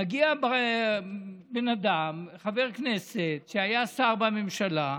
מגיע בן אדם חבר כנסת, שהיה שר בממשלה,